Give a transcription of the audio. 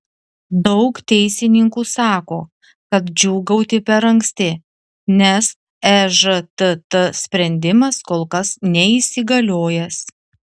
daug teisininkų sako kad džiūgauti per anksti nes ežtt sprendimas kol kas neįsigaliojęs